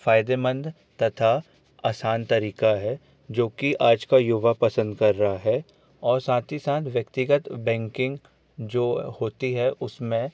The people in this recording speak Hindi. फ़ायदेमंद तथा आसान तरीका है जो कि आज का युवा पसंद कर रहा है और साथ ही साथ व्यक्तिगत बैंकिंग जो होती है उसमें